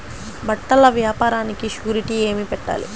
బట్టల వ్యాపారానికి షూరిటీ ఏమి పెట్టాలి?